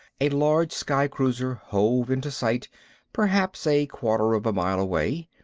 a large sky-cruiser hove into sight perhaps a quarter of a mile away.